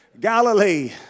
Galilee